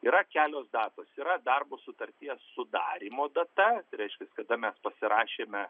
yra kelios datos yra darbo sutarties sudarymo data reiškias kada mes pasirašėme